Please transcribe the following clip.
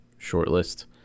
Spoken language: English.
shortlist